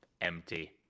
empty